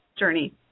journey